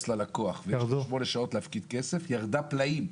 ללקוח ויש לו שמונה שעות להפקיד כסף ירדה פלאים.